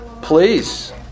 Please